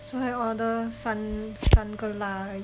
so I order 三三个辣而已